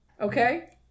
Okay